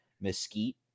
Mesquite